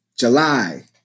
July